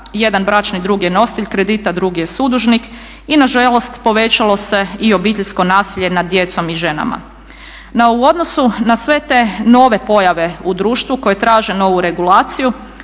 jedan bračni drug je nositelj kredita, drugi je sudužnik i nažalost povećalo se i obiteljsko nasilje nad djecom i ženama. No u odnosu na sve te nove pojave u društvu koje traže novu regulaciju,